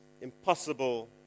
impossible